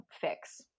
fix